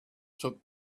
took